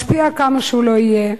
משפיע כמה שהוא לא יהיה.